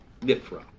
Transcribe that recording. Nifra